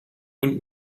und